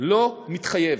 אינה מתחייבת.